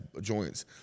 joints